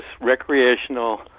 Recreational